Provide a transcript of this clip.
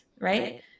right